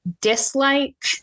dislike